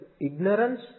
ignorance